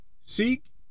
Seek